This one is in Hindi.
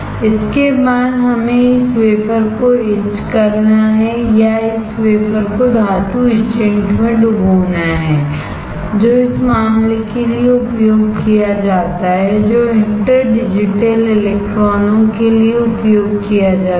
इसके बाद हमें इस वेफर को इच करना है या इस वेफर को धातु etchant में डुबोना है जो इस मामले के लिए उपयोग किया जाता है जो इंटरडिजिटल इलेक्ट्रॉनों के लिए उपयोग किया जाता है